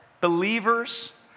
believers